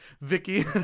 Vicky